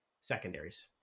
secondaries